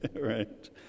right